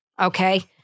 Okay